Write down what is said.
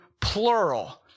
plural